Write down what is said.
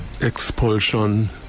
expulsion